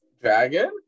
Dragon